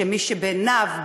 מי שבעיניו,